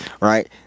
Right